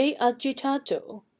agitato